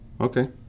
Okay